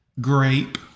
grape